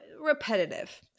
repetitive